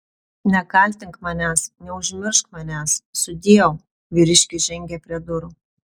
nekaltink manęs neužmiršk manęs sudieu vyriškis žengė prie durų